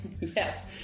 Yes